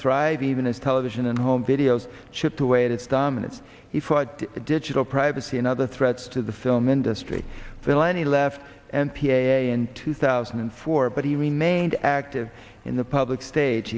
thrive even as television and home videos chipped away at its dominance he fought digital privacy and other threats to the film industry villainy left and p a in two thousand and four but he remained active in the public stage